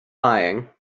lying